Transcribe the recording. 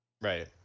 Right